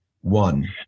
One